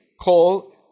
called